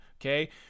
Okay